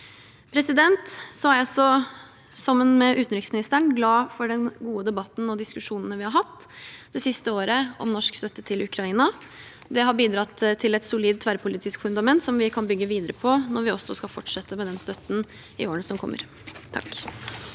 brutale handlinger. Sammen med utenriksministeren er jeg glad for den gode debatten og diskusjonene vi har hatt det siste året om norsk støtte til Ukraina. Det har bidratt til et solid tverrpolitisk fundament som vi kan bygge videre på når vi også skal fortsette med den støtten i årene som kommer.